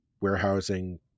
warehousing